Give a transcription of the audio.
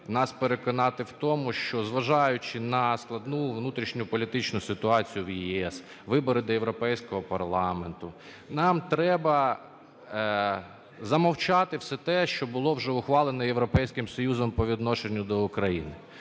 нас переконати в тому, що, зважаючи на складну внутрішньополітичну ситуацію в ЄС, вибори до Європейського парламенту, нам треба замовчати все те, що було вже ухвалено Європейським Союзом по відношенню до України,